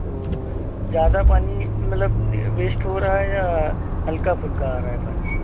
तो ज़्यादा पानी मतलब वेस्ट हो रहा है या हल्का फुल्का आ रहा है पानी